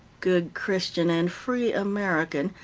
good christian and free american,